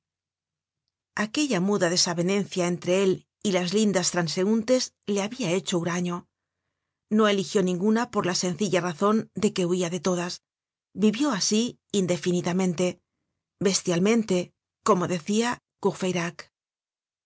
aquella muda desavenencia entre él y las lindas transeuntes le habia hecho huraño no eligió ninguna por la sencilla razon de que huia de todas vivió asi indefinidamente bestialmente como decia